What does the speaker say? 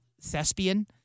thespian